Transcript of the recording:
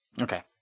Okay